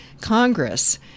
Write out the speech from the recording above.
Congress